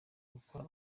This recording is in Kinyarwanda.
gukora